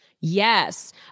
Yes